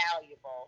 valuable